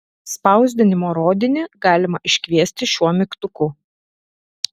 spausdinimo rodinį galima iškviesti šiuo mygtuku